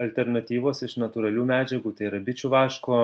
alternatyvos iš natūralių medžiagų tai yra bičių vaško